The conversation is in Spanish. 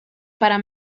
para